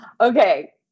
Okay